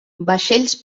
vaixells